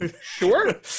Sure